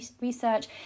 research